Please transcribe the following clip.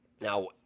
Now